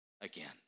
again